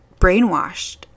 brainwashed